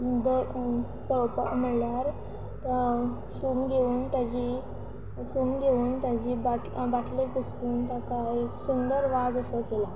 म्हणल्यार सूम घेवन ताची सूम घेवन ताची बाटलेक घुसपून ताका एक सुंदर वाज असो केलो